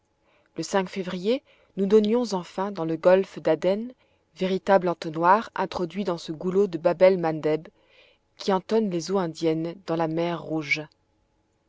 le février nous donnions enfin dans le golfe d'aden véritable entonnoir introduit dans ce goulot de babel mandeb qui entonne les eaux indiennes dans la mer rouge